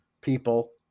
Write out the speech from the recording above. people